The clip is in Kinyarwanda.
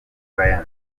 brian